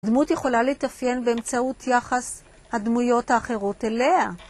דמות יכולה להתאפיין באמצעות יחס הדמויות האחרות אליה.